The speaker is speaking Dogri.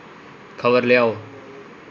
खबर लेआओ